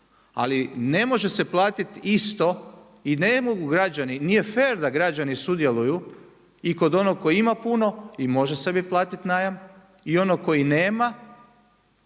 Ali ne može se platiti isto i ne mogu građani, nije fer da građani sudjeluju i kod onog koji ima puno i može sebi platit najam i onog koji nema